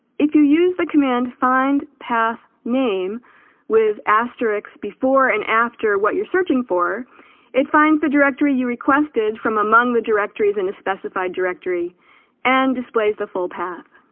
if you use the command find path name with asterix before and after what you're searching for it finds the directory you requested from among the directories in a specified directory and displays the full path